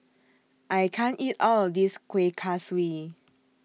I can't eat All of This Kuih Kaswi